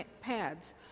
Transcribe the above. pads